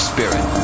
Spirit